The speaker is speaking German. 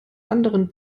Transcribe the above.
anderen